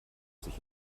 sich